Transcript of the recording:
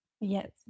Yes